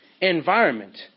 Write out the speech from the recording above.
Environment